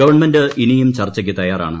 government ഇനിയും ചർച്ചയ്ക്ക് തയ്യാറാണ്